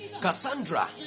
Cassandra